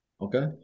okay